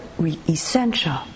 essential